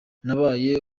nabaye